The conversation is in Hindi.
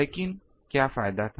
लेकिन फायदा क्या था